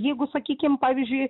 jeigu sakykim pavyzdžiui